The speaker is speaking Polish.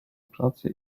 pracy